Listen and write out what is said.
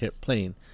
playing